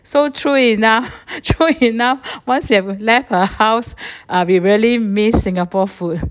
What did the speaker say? so true enough true enough once you have left her house uh we really miss singapore food